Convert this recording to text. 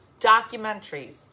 documentaries